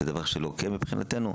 זה דבר לקוי מבחינתנו,